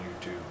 YouTube